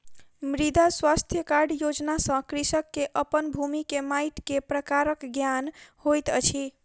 मृदा स्वास्थ्य कार्ड योजना सॅ कृषक के अपन भूमि के माइट के प्रकारक ज्ञान होइत अछि